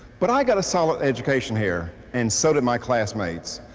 but i got a solid education here, and so did my classmates.